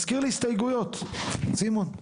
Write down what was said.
מזכיר לי הסתייגויות, סימון.